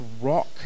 rock